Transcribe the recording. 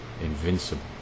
invincible